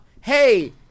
hey